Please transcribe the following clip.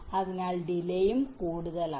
അതിനാൽ കാലതാമസവും കൂടുതലാണ്